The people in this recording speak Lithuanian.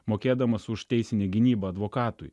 mokėdamas už teisinę gynybą advokatui